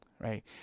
right